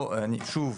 פה אני שוב,